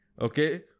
Okay